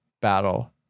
battle